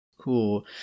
Cool